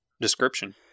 description